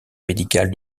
médical